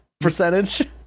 percentage